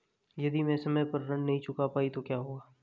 यदि मैं समय पर ऋण नहीं चुका पाई तो क्या होगा?